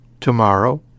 tomorrow